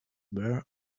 were